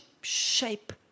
shape